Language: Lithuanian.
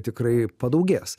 tikrai padaugės